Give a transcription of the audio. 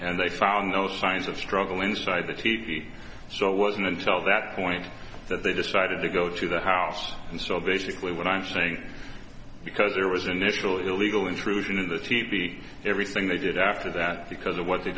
and they found no signs of struggle inside the t v so it wasn't until that point that they decided to go to the house and so basically what i'm saying because there was initially illegal intrusion in the tepee everything they did after that because of what they